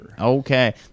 okay